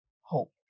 hope